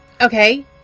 Okay